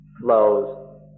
flows